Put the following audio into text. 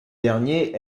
dernier